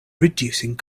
reducing